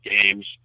games